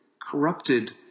corrupted